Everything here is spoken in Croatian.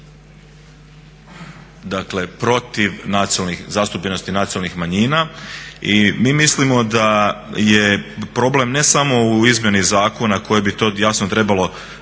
ide protiv zastupljenosti nacionalnih manjina. I mi mislimo da je problem ne samo u izmjeni zakona u kojima bi to trebalo